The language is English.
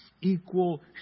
Equal